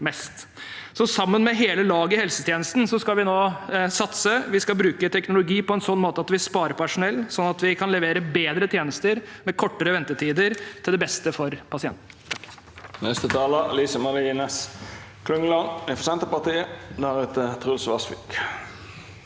Sammen med hele laget i helsetjenesten skal vi nå satse. Vi skal bruke teknologi på en sånn måte at vi sparer personell, sånn at vi kan levere bedre tjenester med kortere ventetider til beste for pasienten.